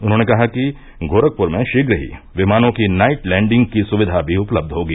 उन्होंने कहा कि गोरखपुर में शीघ्र ही विमानों की नाइट लैण्डिंग की सुविधा भी उपलब्ध होगी